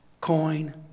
coin